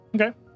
Okay